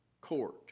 court